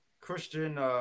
Christian